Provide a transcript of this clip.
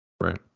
Right